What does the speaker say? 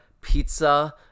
pizza